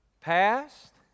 Past